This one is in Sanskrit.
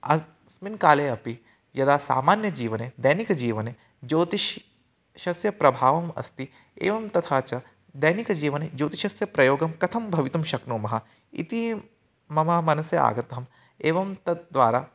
अस्मिन् काले अपि यदा सामान्यजीवने दैनिकजीवने ज्योतिषस्य प्रभावम् अस्ति एवं तथा च दैनिकजीवने ज्योतिषस्य प्रयोगं कथं भवितुं शक्नुमः इति मम मनसि आगतं एवं तद् द्वारा